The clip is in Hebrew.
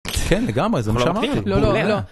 כן לגמרי זה מה שאמרתי.